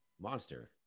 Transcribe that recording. monster